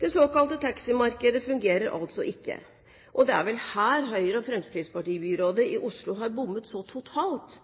Det såkalte taximarkedet fungerer altså ikke. Det er vel her Høyre–Fremskrittsparti-byrådet i Oslo har bommet så totalt